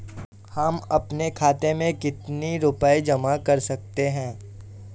हम अपने खाते में कितनी रूपए जमा कर सकते हैं?